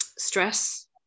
stress